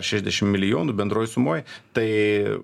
šešiasdešim milijonų bendroj sumoj tai